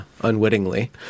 unwittingly